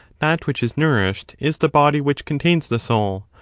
that which is nourished is the body which contains the soul,